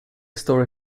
story